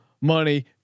money